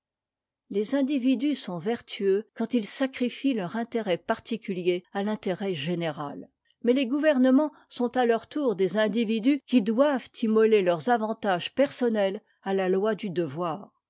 les individus sont vertueux quand ils sacrifient leur intérêt particulier à l'intérêt général mais les gouvernements sont à leur tour des individus qui doivent immoler leurs avantages personnels à la loi du devoir